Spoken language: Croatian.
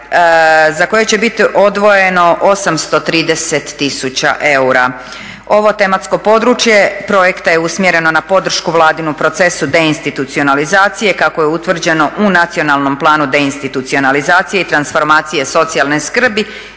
za koje će biti odvojeno 830 tisuće eura. Ovo tematsko područje projekta je usmjereno na podršku Vladinom procesu deinstitucionalizacije kako je utvrđeno u nacionalnom planu deinstitucionalizacije i transformacije socijalne skrbi